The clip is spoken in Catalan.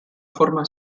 forma